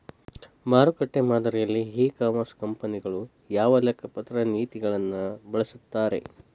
ಮಾರುಕಟ್ಟೆ ಮಾದರಿಯಲ್ಲಿ e commerce ಕಂಪನಿಗಳು ಯಾವ ಲೆಕ್ಕಪತ್ರ ನೇತಿಗಳನ್ನ ಬಳಸುತ್ತಾರಿ?